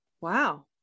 Wow